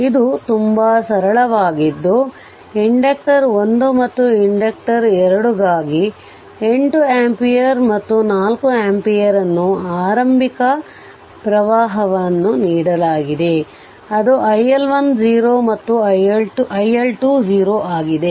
ಇದು ತುಂಬಾ ಸರಳವಾಗಿದ್ದು ಇಂಡಕ್ಟರ್ 1 ಮತ್ತು ಇಂಡಕ್ಟರ್ 2 ಗಾಗಿ 8 ಆಂಪಿಯರ್ ಮತ್ತು 4 ಆಂಪಿಯರ್ ಅನ್ನು ಆರಂಭಿಕ ಪ್ರವಾಹವನ್ನು ನೀಡಲಾಗಿದೆ ಅದು iL1 0 ಮತ್ತು iL2 0 ಆಗಿದೆ